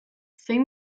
zein